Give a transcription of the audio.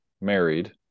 married